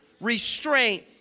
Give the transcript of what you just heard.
restraint